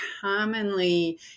commonly